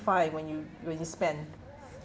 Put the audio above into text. when you when you spend